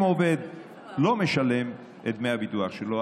אם עובד לא משלם את דמי הביטוח שלו,